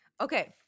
Okay